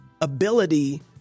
ability